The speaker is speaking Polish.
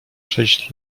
sześć